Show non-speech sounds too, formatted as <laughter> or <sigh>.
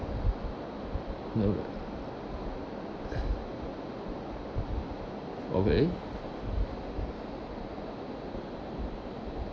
no that <noise> okay